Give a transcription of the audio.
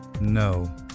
No